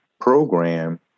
program